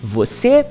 Você